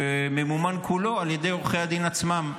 שממומן כולו על ידי עורכי הדין עצמם.